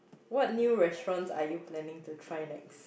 what new restaurants are you planning to try next